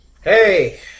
Hey